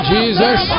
Jesus